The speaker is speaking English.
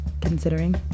considering